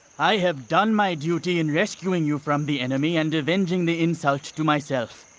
i have done my duty in rescuing you from the enemy and avenging the insult to myself.